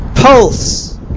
pulse